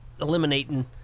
eliminating